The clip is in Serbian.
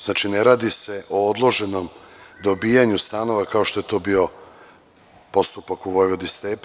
Znači, ne radi se o odloženom dobijanju stanova, kao što je to bio postupak u „Vojvodi Stepi“